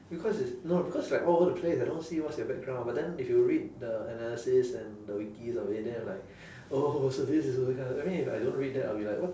because it's no because like all over the place I don't see what's their background but then if you read the analysis and the wikis of it then I'm like oh so this is weird I mean if I don't read that I'll be like what